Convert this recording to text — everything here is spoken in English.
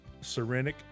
Serenic